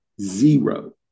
Zero